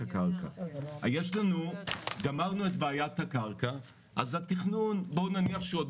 נכון אמרו פה החברים שלנו מן הרשויות